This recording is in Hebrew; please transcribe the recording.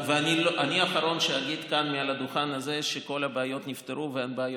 אני האחרון שאגיד כאן מעל הדוכן הזה שכל הבעיות נפתרו ואין בעיות,